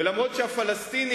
ולמרות העובדה שהפלסטינים,